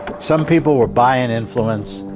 some people were buying influence,